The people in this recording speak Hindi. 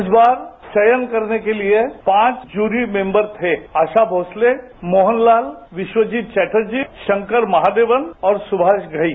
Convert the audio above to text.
इस बार चयन करने के लिए पांच जूरी मेंबर थे आशा भोंसले मोहन लाल विश्वनजीत चौटर्जी शंकर महादेवन और सुभाष घई